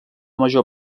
major